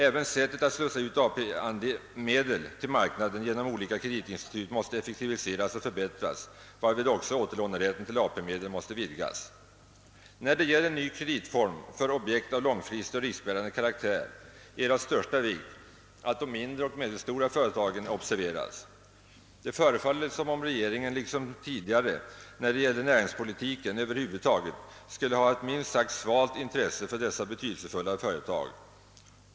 Även sättet att slussa ut AP-medel till marknaden genom olika kreditinstitut måste effektiviseras och förbättras, varvid också återlånerätten till AP medel måste vidgas. När det gäller ny kreditform för objekt av långfristig och riskbärande karaktär är det av största vikt, att de mindre och medelstora företagen observeras. Det förefaller, som om regeringen liksom tidigare, när det gällde näringspolitiken över huvud taget, skulle ha ett minst sagt svalt intresse för dessa betydelsefulla företag.